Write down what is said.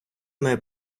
має